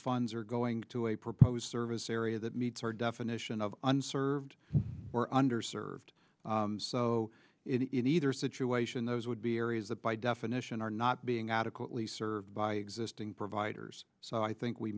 funds are going to a proposed service area that meets our definition of unserved or under served in either situation those would be areas that by definition are not being adequately served by existing providers so i think we